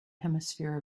hemisphere